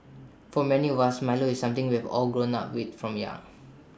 for many of us milo is something we've all grown up with from young